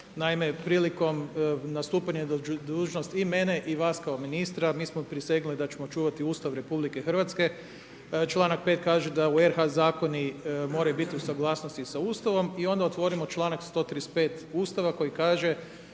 Naime, prilikom nastupanja na dužnost i mene i vas kao ministra mi smo prisegnuli da ćemo čuvati Ustav Republike Hrvatske. Članak 5. kaže da u RH zakoni moraju biti u suglasnosti sa Ustavom i onda otvorimo članak 135. Ustava koji kaže: